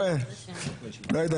לא יודע,